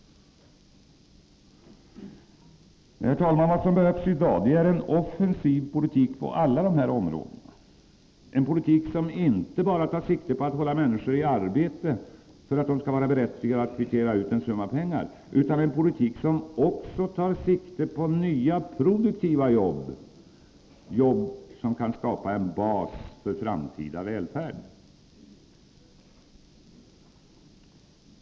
Herr talman! Vad som behövs i dag är en offensiv politik på alla dessa områden — en politik som inte bara tar sikte på att hålla människor i arbete för att de skall vara berättigade att kvittera ut en summa pengar utan som också tar sikte på nya produktiva jobb, som kan skapa en bas för framtida välfärd.